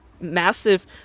massive